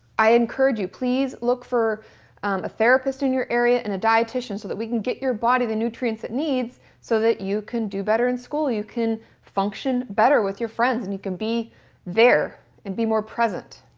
i encourage you, please look for a therapist in your area and a dietician so that we can get your body the nutrients it needs so you can do better in school, you can function better with your friends and you can be there, and be more present,